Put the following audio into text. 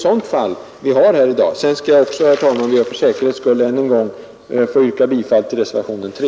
Sedan vill jag också, herr talman, för säkerhets skull än en gång yrka bifall till reservationen 3.